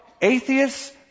atheists